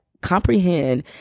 comprehend